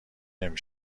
نمی